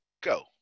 go